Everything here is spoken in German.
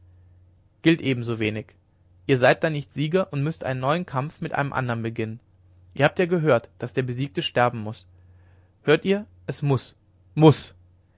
gilt ebensowenig ihr seid dann nicht sieger und müßt einen neuen kampf mit einem andern beginnen ihr habt ja gehört daß der besiegte sterben muß hört ihr es muß muß